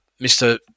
Mr